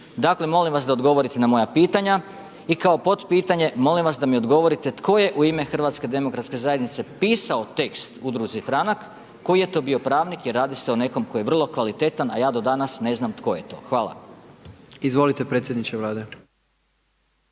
Dakle molim vas da odgovorite na moja pitanja i kao potpitanje, molim vas da mi odgovorite tko je u ime HDZ-a pisao tekst udruzi Franak, koji je to bio pravnik jer radi se o nekom tko je vrlo kvalitetan a ja do danas ne znam tko je to. Hvala. **Jandroković, Gordan